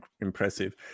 impressive